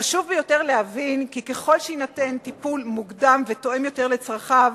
חשוב ביותר להבין כי ככל שיינתן טיפול מוקדם ותואם יותר את צרכיו,